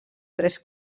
tres